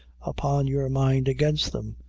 upon your mind against them,